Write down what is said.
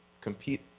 compete